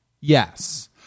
Yes